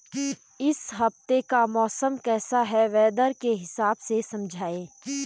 इस हफ्ते का मौसम कैसा है वेदर के हिसाब से समझाइए?